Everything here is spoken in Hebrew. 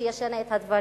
לשנות דברים.